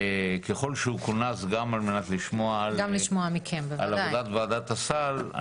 ככל שהוא כונס גם על מנת לשמוע על עבודת ועדת הסל,